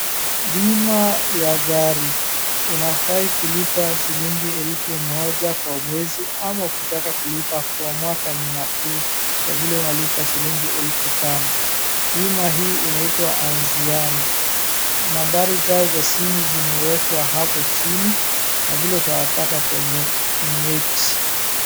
bima ya gari unafaa kulipa shilingi elfu moja kwa mwezi ama ukitaka kulipa kwa mwaka ni nfuu kwa vile unalipa shillingi tano ,bima hii inaitwa Anziano nambari zao za simu zimewekwa hapo chini na vile vile utawapata kwenye mneti